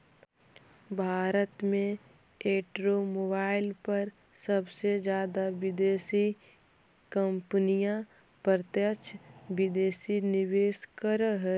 भारत में ऑटोमोबाईल पर सबसे जादा विदेशी कंपनियां प्रत्यक्ष विदेशी निवेश करअ हई